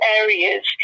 areas